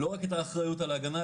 לא רק את האחריות על ההגנה,